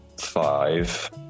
five